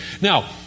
Now